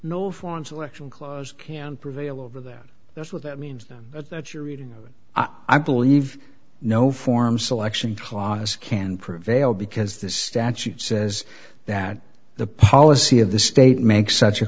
no foreign selection clause can prevail over that that's what that means that your reading of it i believe no form selection clause can prevail because the statute says that the policy of the state makes such a